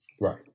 Right